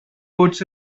boards